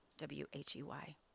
W-H-E-Y